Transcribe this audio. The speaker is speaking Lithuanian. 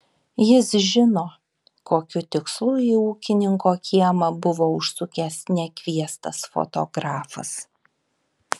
jis žino kokiu tikslu į ūkininko kiemą buvo užsukęs nekviestas fotografas